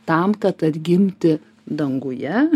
tam kad atgimti danguje